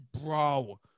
Bro